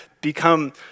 become